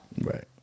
right